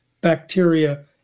bacteria